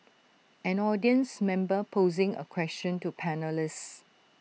an audience member posing A question to panellists